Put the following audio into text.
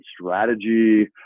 strategy